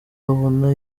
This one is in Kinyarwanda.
babona